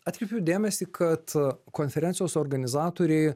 atkreipiu dėmesį kad konferencijos organizatoriai